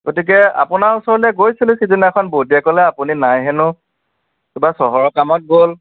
গতিকে আপোনাৰ ওচৰলৈ গৈছিলো সিদিনাখন বৌতিয়ে ক'লে আপুনি নাই হেনো কিবা চহৰৰ কামত গ'ল